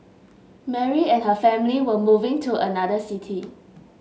Mary and her family were moving to another city